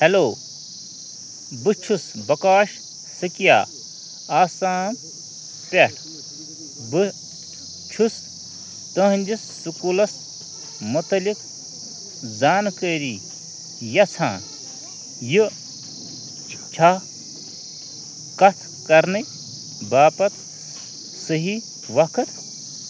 hello بہٕ چھُس بکاش سِکیا آسام پٮ۪ٹھ بہٕ چھُس تُہُنٛدِس سکوٗلَس مُتعلق زانٛکٲری یژھان یہِ چھےٚ كَتھ كَرنہِ باپت صحیح وقت